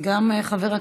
חבר